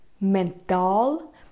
mental